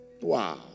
Wow